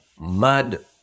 mad